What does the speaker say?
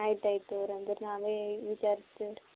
ಆಯ್ತು ಆಯಿತು ಅಂದ್ರೆ ನಾವೇ ವಿಚಾರಿಸ್ತೀವಿ ರೀ